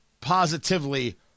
positively